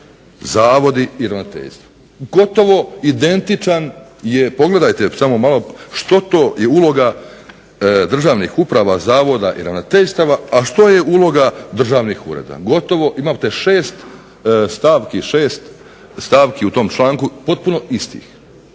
zavodi i ravnateljstva. Gotovo identičan je, pogledajte malo što to je uloga državnih uprava, zavoda i ravnateljstava, a što je uloga državnih ureda, gotovo imate 6 stavki u tom članku potpuno istih.